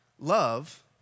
love